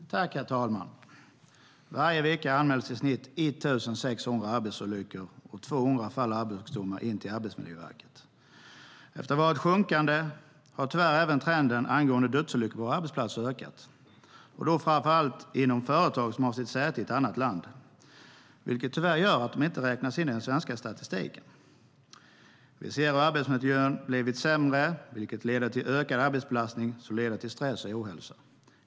STYLEREF Kantrubrik \* MERGEFORMAT Arbetsmarknad och arbetslivVi ser hur arbetsmiljön har blivit sämre, vilket leder till ökad arbetsbelastning, som leder till stress och ohälsa.